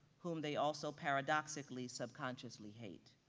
whom they also paradoxically subconsciously hate.